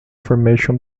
formation